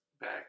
back